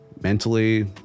mentally